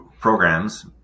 programs